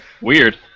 Weird